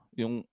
yung